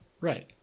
Right